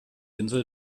insel